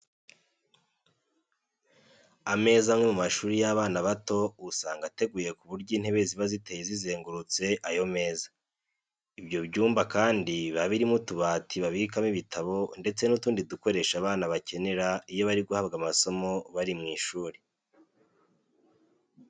Ameza amwe mu mashuri y'abana bato usanga ateguye ku buryo intebe ziba ziteye zizengurutse ayo meza. Ibyo byumba kandi biba birimo utubati babikamo ibitabo ndetse n'utundi dukoresho abana bakenera iyo bari guhabwa amasomo bari mu ishuri.